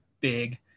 big